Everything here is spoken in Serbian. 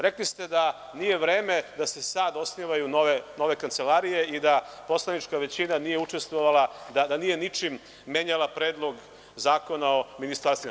Rekli ste da nije vreme da se sad osnivaju nove kancelarije i da poslanička većina nije učestvovala, da nije ničim menjala Predlog zakona o ministarstvima.